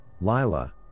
Lila